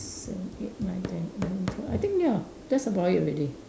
seven eight nine ten eleven twelve I think ya that's about it already